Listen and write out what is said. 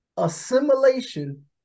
assimilation